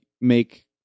make